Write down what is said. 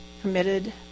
committed